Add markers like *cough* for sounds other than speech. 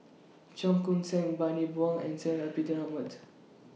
Cheong Koon Seng Bani Buang and *noise* Zainal Abidin Ahmad